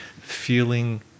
feeling